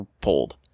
pulled